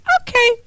Okay